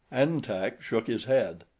an-tak shook his head.